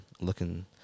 looking